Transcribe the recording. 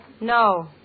No